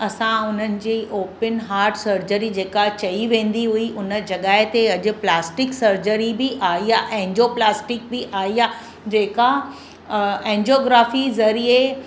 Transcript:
असां हुननि जी ओपिन हार्ट सर्जरी जेका चई वेंदी उई उन जॻहि ते अॼु प्लास्टिक सर्जरी बि आई आहे एंजियोप्लास्टिक बि आई आहे जेका एंजियोग्राफी ज़रिए